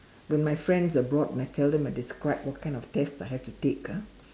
but when my friends abroad when I tell them I describe what kind of test I have to take ah